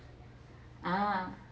ah